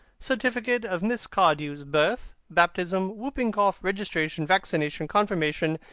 certificates of miss cardew's birth, baptism, whooping cough, registration, vaccination, confirmation,